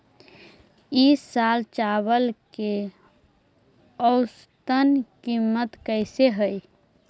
ई साल चावल के औसतन कीमत कैसे हई?